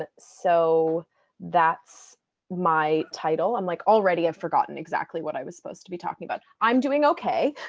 ah so that's my title. and like already i've forgotten exactly what i was supposed to be talking about. i'm doing okay.